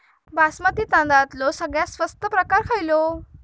बासमती तांदळाचो सगळ्यात स्वस्त प्रकार खयलो?